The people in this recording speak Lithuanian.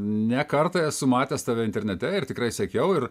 ne kartą esu matęs tave internete ir tikrai sakiau ir